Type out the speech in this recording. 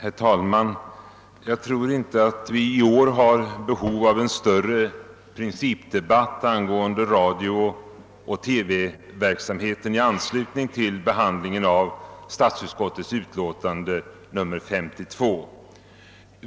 Herr talman! Jag tror inte att vi i år har behov av en större principdebatt angående radiooch TV-verksamheten vid behandlingen av statsutskottets utlåtande nr 52.